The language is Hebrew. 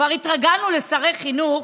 כבר התרגלנו לשרי חינוך